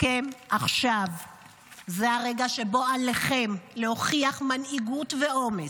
הסכם עכשיו"; "זה הרגע שבו עליכם להוכיח מנהיגות ואומץ.